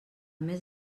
mes